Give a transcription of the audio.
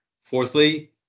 Fourthly